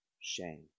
shame